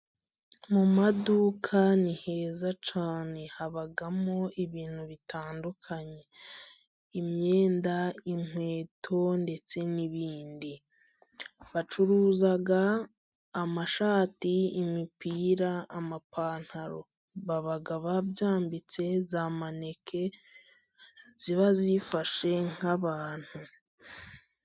Mu maduka ni heza cyane. Habamo ibintu bitandukanye， imyenda， inkweto， ndetse n'ibindi. Bacuruza amashati， imipira， amapantaro， baba babyambitse za maneke， ziba zifashe nk'abantu.